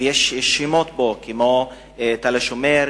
יש שמות פה כמו "תל השומר",